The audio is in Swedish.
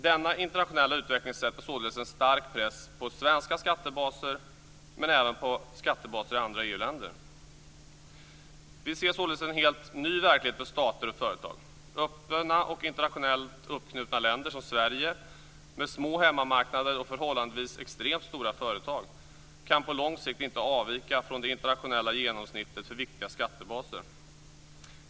Denna internationella utveckling sätter således en starkt press på svenska skattebaser men även på skattebaser i andra EU-länder. Vi ser således en helt ny verklighet för stater och företag. Öppna och internationellt uppknutna länder som Sverige med små hemmamarknader och förhållandevis extremt stora företag kan på lång sikt inte avvika från det internationella genomsnittet för viktiga skattebaser.